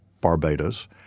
Barbados